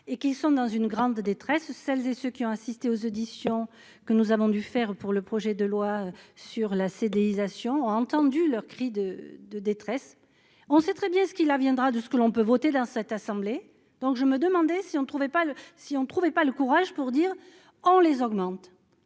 et qui sont dans une grande détresse celles et ceux qui ont assisté aux auditions que nous avons dû faire pour le projet de loi sur la CDU nisation a entendu leurs cris de détresse, on sait très bien ce qu'il viendra de ce que l'on peut voter dans cette assemblée, donc je me demandais si on ne trouvait pas le si on trouvait pas le courage pour dire, en les augmente,